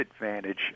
advantage